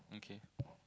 okay